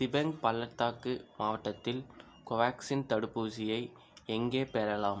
டிபங் பள்ளத்தாக்கு மாவட்டத்தில் கோவேக்சின் தடுப்பூசியை எங்கே பெறலாம்